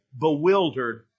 bewildered